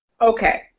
Okay